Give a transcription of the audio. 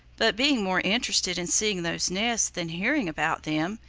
but being more interested in seeing those nests than hearing about them,